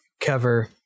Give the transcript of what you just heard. cover